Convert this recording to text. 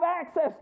access